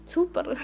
Super